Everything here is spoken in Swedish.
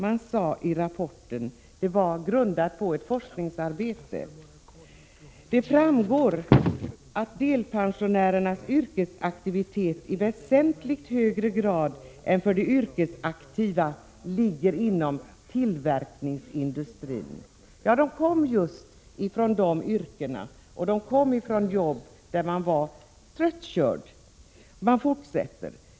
Av verkets rapport, som var grundad på ett forskningsarbete, framgår att delpensionärernas yrkesaktivitet i väsentligt högre grad än för de yrkesaktiva ligger inom tillverkningsindustrin. Ja, deltidspensionärerna kom just från industriyrkena, från jobb där man blir tröttkörd.